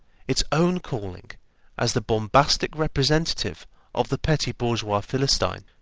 its own calling as the bombastic representative of the petty-bourgeois philistine.